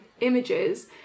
images